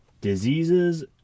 Diseases